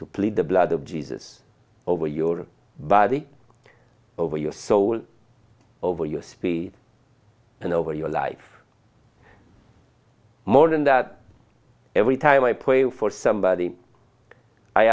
to plead the blood of jesus over your body over your soul over your speed and over your life more than that every time i pray for somebody i